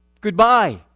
goodbye